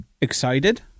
Excited